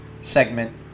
segment